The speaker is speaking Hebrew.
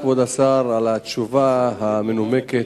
תודה, כבוד השר, על התשובה המנומקת.